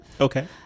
okay